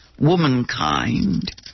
womankind